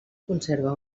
conserva